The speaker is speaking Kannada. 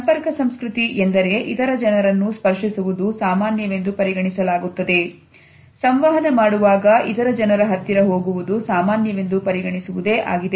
ಸಂಪರ್ಕ ಸಂಸ್ಕೃತಿ ಎಂದರೆ ಇತರ ಜನರನ್ನು ಸ್ಪರ್ಶಿಸುವುದು ಸಾಮಾನ್ಯವೆಂದು ಪರಿಗಣಿಸಲಾಗುತ್ತದೆ ಸಂವಹನ ಮಾಡುವಾಗ ಇತರ ಜನರ ಹತ್ತಿರ ಹೋಗುವುದು ಸಾಮಾನ್ಯವೆಂದು ಪರಿಗಣಿಸುವುದೇ ಆಗಿದೆ